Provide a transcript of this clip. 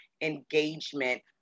Engagement